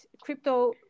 crypto